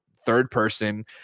third-person